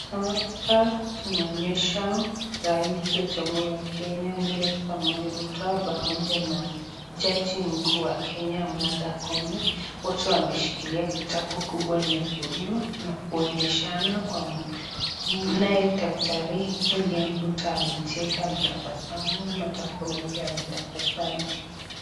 Hapa tunaonyeshwa rais wa jamhuri ya Kenya; William Samoei Ruto pamoja na jaji mkuu wa Kenya; Martha Koome, wote wameshikilia kitabu kubwa nyekundu na kuonyeshana, naye daktari Wiliiam Ruto amecheka, ametabasamu, Martha Koome pia ametabasamu.